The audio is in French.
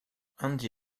andy